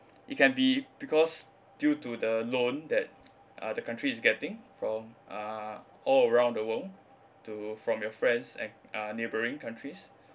it can be because due to the loan that uh the country is getting from uh all around the world to from your friends at uh neighbouring countries